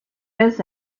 miss